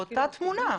באותה תמונה.